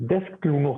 דסק תלונות.